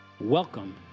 Welcome